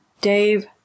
Dave